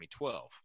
2012